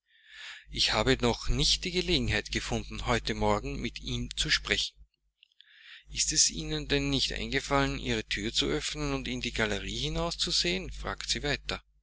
ich habe noch nicht die gelegenheit gefunden heute morgen mit ihm zu sprechen ist es ihnen denn nicht eingefallen ihre thür zu öffnen und in die galerie hinauszusehen fragte sie weiter